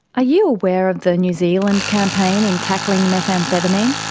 ah you aware of the new zealand campaign in tackling methamphetamine?